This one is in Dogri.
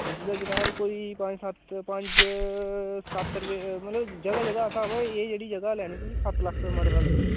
इसलै जनाब कोई पंज सत्त सौ पंज सत्त रपेऽ मतलब जगह् जगह् स्हाब ऐ एह् जेह्ड़ी जगह् लैनी तुसें सत्त लक्ख रपेऽ मरला लग्गनी